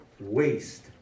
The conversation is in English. waste